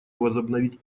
возобновить